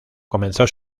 comenzó